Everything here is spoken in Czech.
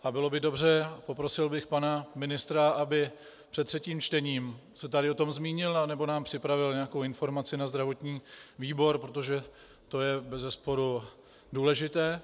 A bylo by dobře, poprosil bych pana ministra, aby před třetím čtením se tady o tom zmínil nebo nám připravil nějakou informaci na zdravotní výbor, protože to je bezesporu důležité.